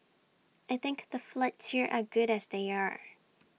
I think the flats here are good as they are